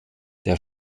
der